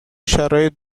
شرایط